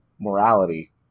morality